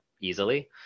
easily